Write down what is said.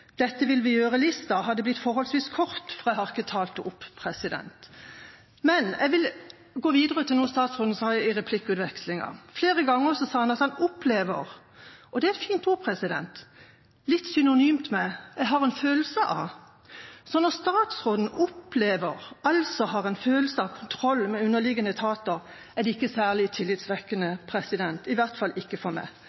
dette vil vi gjøre. Det kan jo være sånn at det er rent redaksjonelle vurderinger som er gjort. Jeg skal ikke antyde at dette-vil-vi-gjøre-lista hadde blitt forholdsvis kort, for jeg har ikke talt opp. Men jeg vil gå videre til noe statsråden sa i replikkvekslingen. Flere ganger sa han at han «opplever». Det er et fint ord – litt synonymt med «jeg har en følelse av». Når statsråden «opplever», altså har en følelse av kontroll med underliggende etater, er det